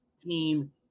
team